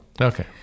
Okay